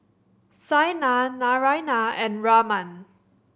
Saina Naraina and Raman